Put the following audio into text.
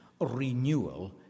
renewal